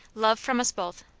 love from us both,